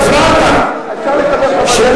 "נבצר מחבר הכנסת להשתתף